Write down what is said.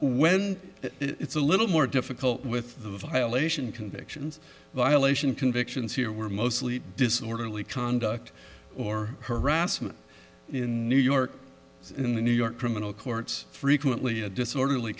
when it's a little more difficult with the violation convictions violation convictions here were mostly disorderly conduct or harassment in new york in the new york criminal courts frequently a disorder